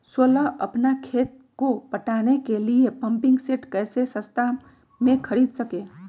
सोलह अपना खेत को पटाने के लिए पम्पिंग सेट कैसे सस्ता मे खरीद सके?